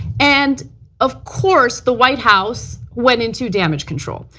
and of course the white house went into damage control.